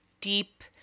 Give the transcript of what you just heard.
deep